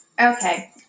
Okay